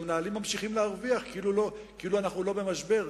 והמנהלים ממשיכים להרוויח כאילו אנחנו לא במשבר.